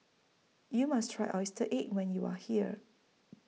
YOU must Try Oyster Cake when YOU Are here